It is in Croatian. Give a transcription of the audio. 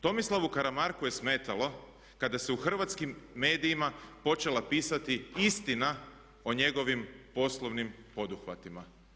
Tomislavu Karamarku je smetalo kada se u hrvatskim medijima počela pisati istina o njegovim poslovnim poduhvatima.